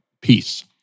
peace